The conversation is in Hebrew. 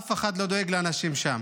אף אחד לא דואג לאנשים שם.